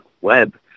Web